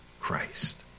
Christ